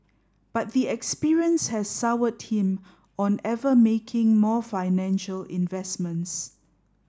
but the experience has soured him on ever making more financial investments